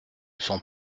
sont